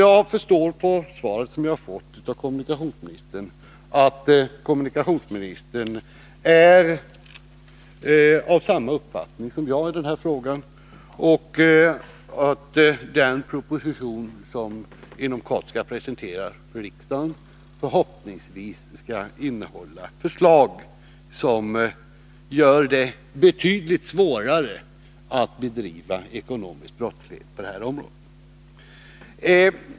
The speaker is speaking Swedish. Av det svar jag har fått förstår jag att kommunikationsministern är av samma uppfattning som jag i den här frågan och att den proposition som inom kort skall presenteras för riksdagen förhoppningsvis innehåller förslag som gör det betydligt svårare att bedriva ekonomisk brottslighet på detta område.